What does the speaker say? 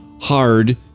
hard